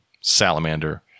salamander